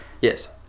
Yes